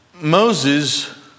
Moses